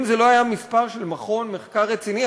אם זה לא היה מספר של מכון מחקר רציני,